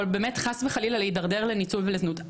או חס וחלילה להתדרדר לניצול וזנות,